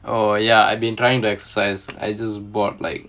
oh ya I've been trying to exercise I just bought like